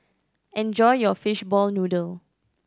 enjoy your fishball noodle